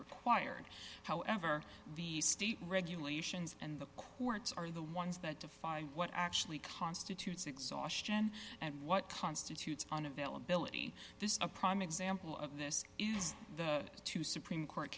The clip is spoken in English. required however the state regulations and the courts are the ones that define what actually constitutes exhaustion and what constitutes on availability this is a prime example of this is the two supreme court